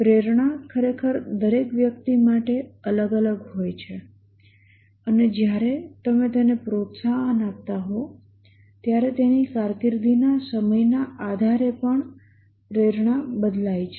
પ્રેરણા ખરેખર દરેક વ્યક્તિ માટે અલગ અલગ હોય છે અને જ્યારે તમે તેને પ્રોત્સાહન આપતા હો ત્યારે તેની કારકિર્દીના સમયના આધારે પણ પ્રેરણા બદલાય છે